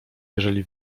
jeżeli